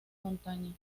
montañas